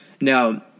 Now